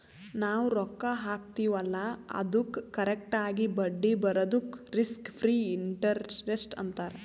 ನಾವ್ ರೊಕ್ಕಾ ಹಾಕ್ತಿವ್ ಅಲ್ಲಾ ಅದ್ದುಕ್ ಕರೆಕ್ಟ್ ಆಗಿ ಬಡ್ಡಿ ಬರದುಕ್ ರಿಸ್ಕ್ ಫ್ರೀ ಇಂಟರೆಸ್ಟ್ ಅಂತಾರ್